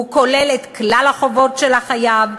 הוא כולל את כלל החובות של החייב,